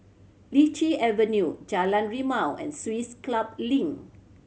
Lichi Avenue Jalan Rimau and Swiss Club Link